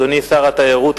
אדוני שר התיירות,